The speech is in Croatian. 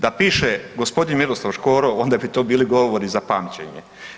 Da piše gospodin Miroslav Škoro, onda bi to bili govori za pamćenje.